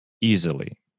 easily